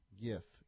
Gift